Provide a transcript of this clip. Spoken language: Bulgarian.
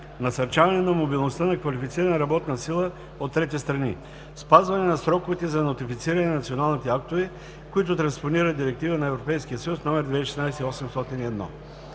насърчаване на мобилността на квалифицирана работна сила от трети страни; - спазване на сроковете за нотифициране на националните актове, които транспонират Директива на Европейския съюз № 2016/801.